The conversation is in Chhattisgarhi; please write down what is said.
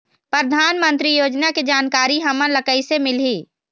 परधानमंतरी योजना के जानकारी हमन ल कइसे मिलही?